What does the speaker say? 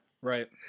right